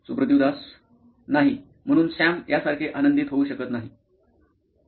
Suprativ Das CTO नॉइन electronics नाही म्हणून सॅम यासारखे आनंदित होऊ शकत नाही